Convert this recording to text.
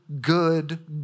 good